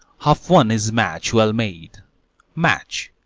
half won is match well made match,